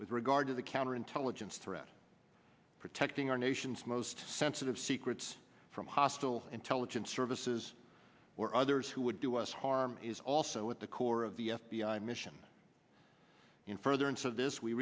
with regard to the counterintelligence threat protecting our nation's most sensitive secrets from hostile intelligence services or others who would do us harm is also at the core of the f b i mission in further and so this we